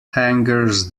hangers